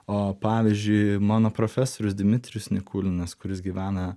o pavyzdžiui mano profesorius dmitrijus nikulinas kuris gyvena